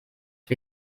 wie